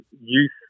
youth